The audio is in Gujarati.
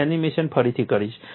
હું એનિમેશન ફરીથી કરીશ